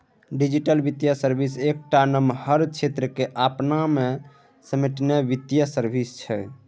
digital बित्तीय service एकटा नमहर क्षेत्र केँ अपना मे समेटने बित्तीय सर्विस छै